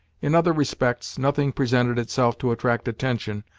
in other respects, nothing presented itself to attract attention,